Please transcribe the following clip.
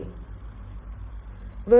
My student is a SDO